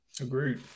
Agreed